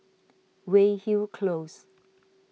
Weyhill Close